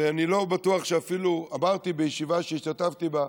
ואני לא בטוח שאפילו אמרתי בישיבה שהשתתפתי בה,